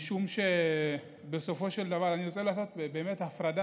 משום שבסופו של דבר, אני רוצה לעשות באמת הפרדה.